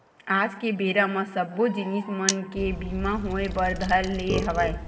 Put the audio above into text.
आज के बेरा म सब्बो जिनिस मन के बीमा होय बर धर ले हवय